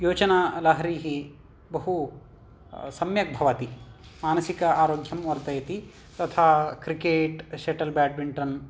योजना लहरिः बहु सम्यक् भवति मानसिक आरोग्यं वर्धयति तथा क्रिकेट् शेटल् बेड्मिन्टन्